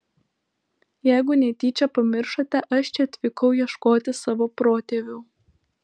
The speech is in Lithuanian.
jeigu netyčia pamiršote aš čia atvykau ieškoti savo protėvių